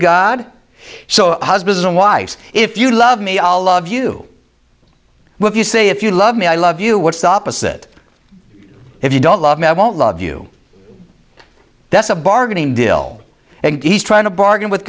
god so husband and wife if you love me i'll love you with you say if you love me i love you what's the opposite if you don't love me i won't love you that's a bargain deal and he's trying to bargain with